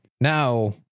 now